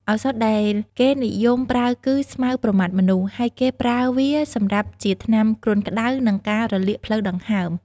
ឱសថដែលគេនិយមប្រើគឺ ស្មៅប្រម៉ាត់មនុស្ស ហើយគេប្រើវាសម្រាប់ជាថ្នាំគ្រុនក្តៅ និងការរលាកផ្លូវដង្ហើម។